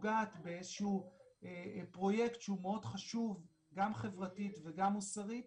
פוגעת באיזה שהוא פרויקט שהוא מאוד חשוב גם חברתית וגם מוסרית